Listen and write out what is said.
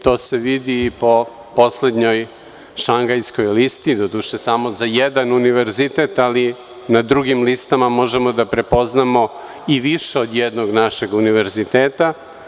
To se vidi po poslednjoj Šangajskoj listi, doduše, samo za jedan univerzitet, ali na drugim listama možemo da prepoznamo i više od jednog našeg univerziteta.